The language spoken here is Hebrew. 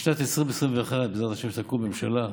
בשנת 2021, בעזרת השם, תקום ממשלה,